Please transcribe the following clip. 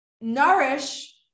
nourish